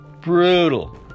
brutal